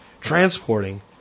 transporting